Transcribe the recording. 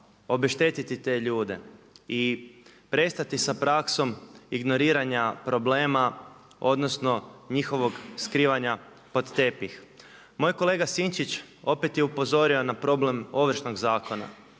obeštetiti te ljude i prestati sa praksom ignoriranja problema odnosno njihovog skrivanja pod tepih. Moj kolega Sinčić opet je upozorio na problem Ovršnog zakona.